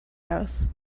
house